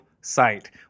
site